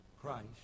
Christ